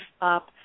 up